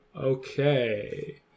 Okay